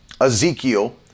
Ezekiel